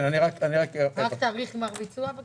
רק תאריך גמר ביצוע.